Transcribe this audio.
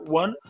one